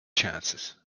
chances